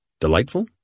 delightful